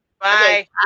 Bye